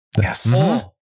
yes